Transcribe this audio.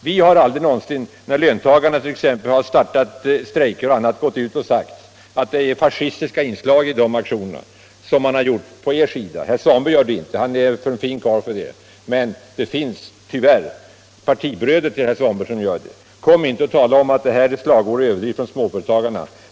Vi har aldrig någonsin när löntagarna t.ex. startat strejker sagt att det är fascistiska inslag i de aktionerna, som man här gjort från er sida om småföretagarnas reaktioner. Herr Svanberg gör det inte — han håller sig för god för det — men det finns tyvärr partibröder till herr Svanberg som gör det. Kom inte och tala om att småföretagarna använder slagord och överdrifter.